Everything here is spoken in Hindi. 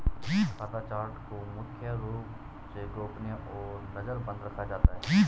खाता चार्ट को मुख्य रूप से गोपनीय और नजरबन्द रखा जाता है